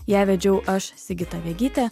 ją vedžiau aš sigita vegytė